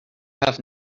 have